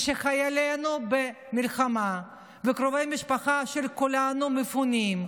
ושחיילינו במלחמה, וקרובי משפחה של כולנו מפונים,